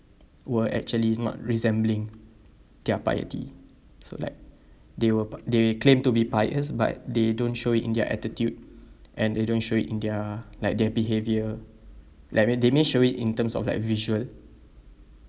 were actually not resembling their piety so like they will pi~ they claim to be pious but they don't show it in their attitude and they don't show it in their like their behaviour like may they may show it in terms of like visual